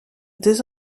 deux